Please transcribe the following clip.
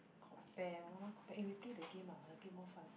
compare why why want compare eh we play the game lah the game more fun